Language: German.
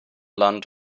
land